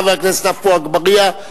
חבר הכנסת עפו אגבאריה,